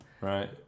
Right